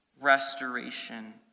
restoration